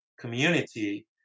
community